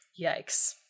Yikes